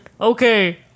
Okay